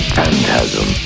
Phantasm